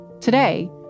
Today